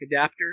adapter